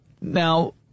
Now